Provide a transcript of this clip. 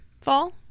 fall